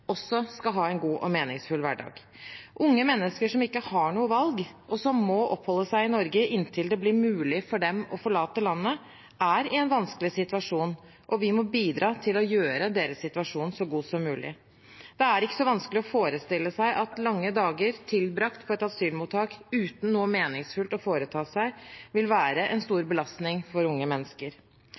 også skal ha en god og meningsfull hverdag. Unge mennesker som ikke har noe valg, og som må oppholde seg i Norge inntil det blir mulig for dem å forlate landet, er i en vanskelig situasjon, og vi må bidra til å gjøre deres situasjon så god som mulig. Det er ikke så vanskelig å forestille seg at lange dager tilbrakt på et asylmottak uten noe meningsfullt å foreta seg vil være en stor belastning for unge mennesker.